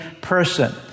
person